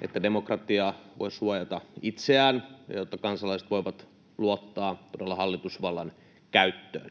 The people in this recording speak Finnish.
että demokratia voi suojata itseään ja jotta kansalaiset voivat luottaa todella hallitusvallan käyttöön.